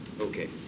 Okay